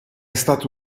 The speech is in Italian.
stato